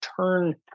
turn